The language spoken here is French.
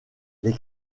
les